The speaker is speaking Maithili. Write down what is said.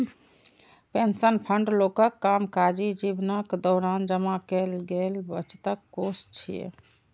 पेंशन फंड लोकक कामकाजी जीवनक दौरान जमा कैल गेल बचतक कोष छियै